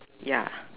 ya